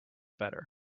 better